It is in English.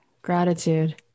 Gratitude